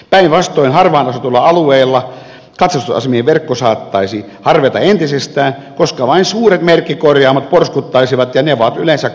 päinvastoin harvaan asutuilla alueilla katsastusasemien verkko saattaisi harveta entisestään koska vain suuret merkkikorjaamot porskuttaisivat ja ne ovat yleensä kaupungeissa